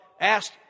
asked